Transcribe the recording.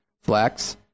FLEX